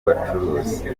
bacuruzi